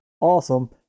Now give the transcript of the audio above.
Awesome